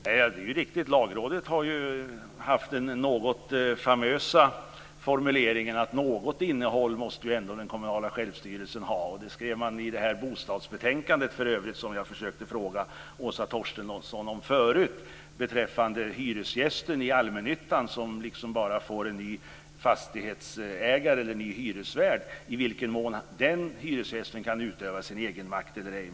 Fru talman! Det är riktigt att Lagrådet har haft den något famösa formuleringen att den kommunala självstyrelsen ändå måste ha något innehåll. Det skrev man i bostadsbetänkandet, som jag för övrigt försökte fråga Åsa Torstensson om förut. Det handlar om i vilken mån hyresgästen i allmännyttan, som får en ny fastighetsägare eller hyresvärd, kan utöva sin egenmakt.